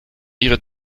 ihre